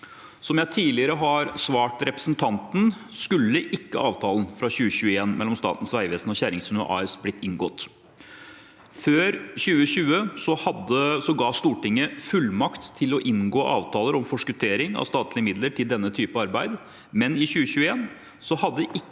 Som jeg tidligere har svart representanten, skulle ikke avtalen fra 2021 mellom Statens vegvesen og Kjerringsundet AS blitt inngått. Før 2020 ga Stortinget fullmakt til å inngå avtaler om forskuttering av statlige midler til denne type arbeid, men i 2021 hadde ikke